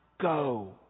go